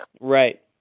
Right